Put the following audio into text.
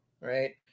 right